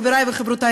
חברי וחברותי,